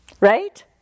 Right